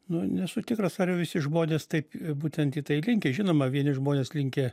nu nesu tikras ar jau visi žmonės taip būtent į tai linkę žinoma vieni žmonės linkę